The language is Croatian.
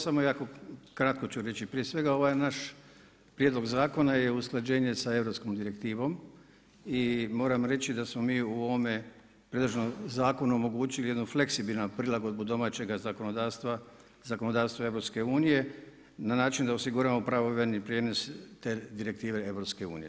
Samo jako kratko ću reći, prije svega ovaj naš prijedlog zakona je usklađenje sa europskom direktivom i moram reći da smo mi u ovome predloženom zakonu omogućili jednu fleksibilnu prilagodbu domaćega zakonodavstva, zakonodavstva EU-a, na način da osiguramo pravovremeni prijenos te direktive EU-a.